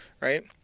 right